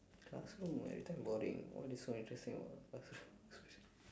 classroom every time boring what is so interesting about classroom